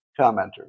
commenters